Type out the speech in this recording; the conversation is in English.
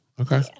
Okay